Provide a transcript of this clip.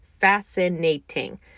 fascinating